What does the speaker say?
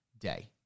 day